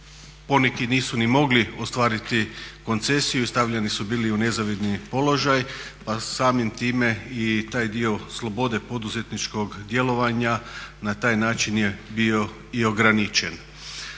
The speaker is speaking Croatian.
poneki nisu ni mogli ostvariti koncesiju i stavljali su bili u nezavidni položaj pa samim time i taj dio slobode poduzetničkog djelovanja na taj način je bio i ograničen.